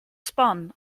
sbon